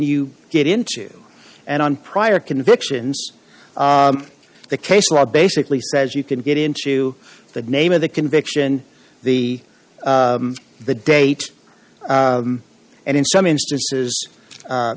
you get into and on prior convictions the case law basically says you can get into the name of the conviction the the date and in some instances